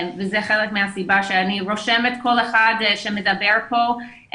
זה חלק מהסיבה שאני רושמת כל אחד שמדבר פה,